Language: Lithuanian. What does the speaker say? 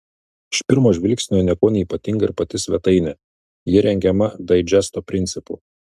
iš pirmo žvilgsnio niekuo neypatinga ir pati svetainė ji rengiama daidžesto principu